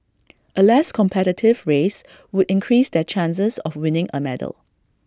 A less competitive race would increase their chances of winning A medal